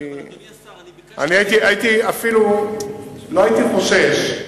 אפילו לא הייתי חושש,